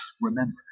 remember